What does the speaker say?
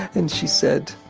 and she said,